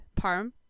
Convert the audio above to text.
parm